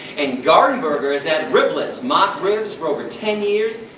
and gardenburger has had riblets, mock ribs, for over ten years.